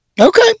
okay